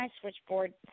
switchboard